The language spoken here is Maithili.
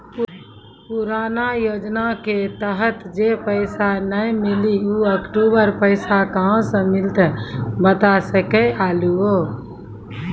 पुराना योजना के तहत जे पैसा नै मिलनी ऊ अक्टूबर पैसा कहां से मिलते बता सके आलू हो?